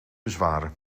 bezwaren